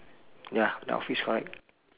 ya the office correct